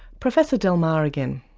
professor del mar again.